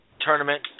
tournament